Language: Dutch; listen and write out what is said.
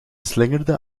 slingerde